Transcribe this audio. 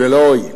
ולא הועיל.